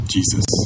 Jesus